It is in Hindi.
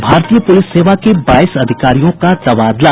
और भारतीय पुलिस सेवा के बाईस अधिकारियों का तबादला